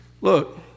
Look